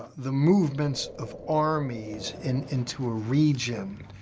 the movements of armies and into a region,